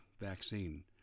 vaccine